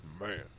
man